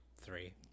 Three